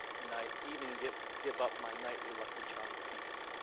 and i even give give up my nightly lucky charm feast.